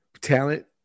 talent